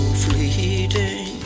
fleeting